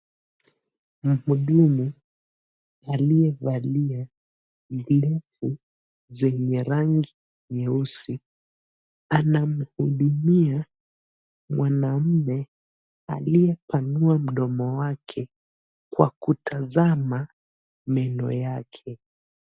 Mhudumu aliyevalia glovu zenye rangi nyeusi anamhudumia mwanaume aliyepanua mdomo wake kwa kutazama meno yake.